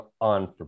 on